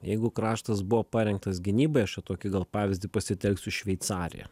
jeigu kraštas buvo parengtas gynybai aš jau tokį gal pavyzdį pasitelksiu šveicarija